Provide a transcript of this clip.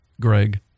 Greg